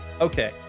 okay